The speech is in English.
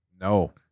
No